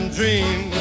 dream